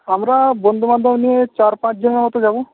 আমরা বন্ধুবান্ধব নিয়ে চার পাঁচজনের মতো যাব